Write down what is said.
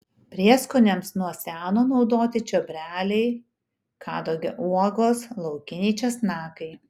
prieskoniams nuo seno naudoti čiobreliai kadagio uogos laukiniai česnakai